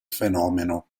fenomeno